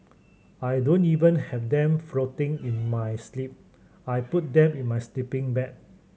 I don't even have them floating in my sleep I put them in my sleeping bag